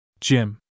Jim